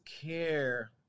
care